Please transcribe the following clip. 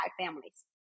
families